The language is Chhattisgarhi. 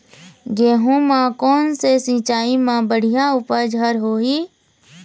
गेहूं म कोन से सिचाई म बड़िया उपज हर होही?